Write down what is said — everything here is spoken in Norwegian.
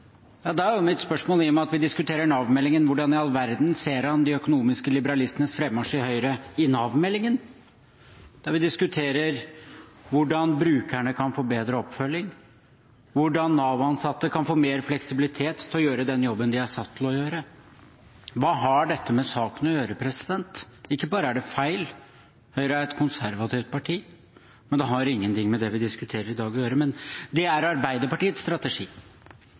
Ja, da er mitt spørsmål, i og med at vi diskuterer Nav-meldingen: Hvordan i all verden ser han de økonomiske liberalistenes frammarsj i Høyre i Nav-meldingen, der vi diskuterer hvordan brukerne kan få bedre oppfølging, og hvordan Nav-ansatte kan få mer fleksibilitet til å gjøre den jobben de er satt til å gjøre? Hva har dette med saken å gjøre? Ikke bare er det feil – Høyre er et konservativt parti – men det har ingen ting med det vi diskuterer i dag, å gjøre. Men det er Arbeiderpartiets strategi,